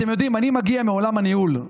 אתם יודעים, אני מגיע מעולם הניהול.